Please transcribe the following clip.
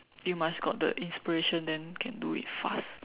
you must got the inspiration then can do it fast